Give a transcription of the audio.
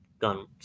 Gun